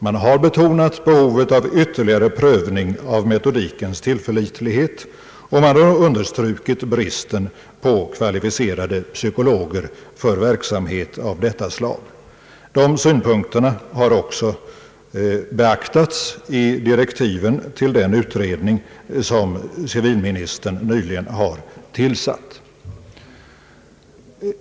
Man har betonat behovet av ytterligare prövning av metodikens tillförlitlighet och man har understrukit bristen på kvalificerade psykologer för verksamhet av detta slag. De synpunkterna har också beaktats i direktiven till den utredning, som civilministern nyligen har tillsatt.